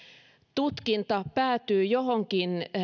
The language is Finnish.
tutkinta päätyy johonkin